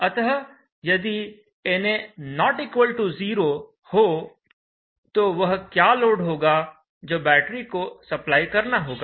अतः यदि na ≠ 0 हो तो वह क्या लोड होगा जो बैटरी को सप्लाई करना होगा